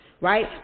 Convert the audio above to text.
right